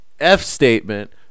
f-statement